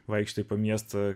vaikštai po miestą